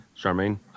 Charmaine